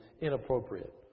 inappropriate